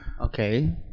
Okay